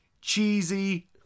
cheesy